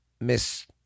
Miss